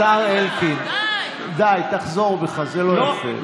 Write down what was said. השר אלקין, די, תחזור בך, זה לא יפה.